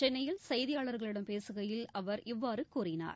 சென்னையில் செய்தியாளர்களிடம் பேசுகையில் அவர் இவ்வாறு கூறினார்